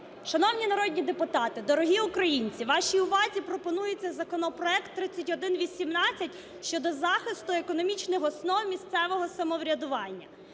Шановні народні депутати, дорогі українці, вашій увазі пропонується законопроект 3118 щодо захисту економічних основ місцевого самоврядування.